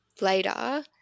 later